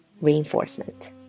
reinforcement